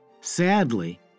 Sadly